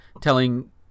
telling